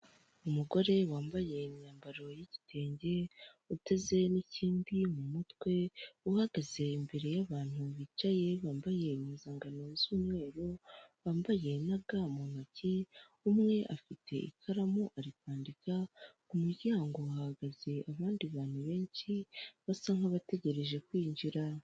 Umugore wambaye imyambaro y'igitenge uteze n'ikindi mu mutwe, uhagaze imbere y'abantu bicaye bambaye impuzankano z'umweru, bambaye na ga mu ntoki, umwe afite ikaramu ari kwandika, ku muryango hahagaze abandi bantu benshi basa nk'abategereje kwinjira.